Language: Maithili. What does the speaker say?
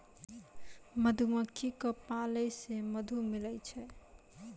मधुमक्खी क पालै से मधु मिलै छै